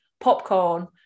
popcorn